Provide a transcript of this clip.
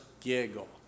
giggle